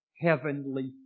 heavenly